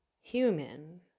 human